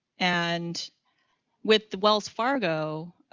and with the wells fargo